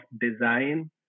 design